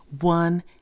one